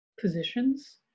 positions